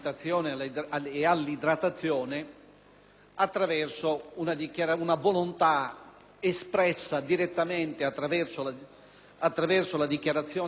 attraverso una volontà espressa direttamente attraverso la dichiarazione anticipata di trattamento.